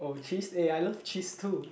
oh cheese eh I love cheese too